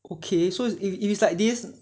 okay so if~ if it's like this